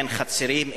אין חצרים,